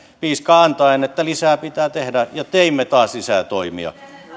piiskaa antaen että lisää pitää tehdä ja teimme taas lisää toimia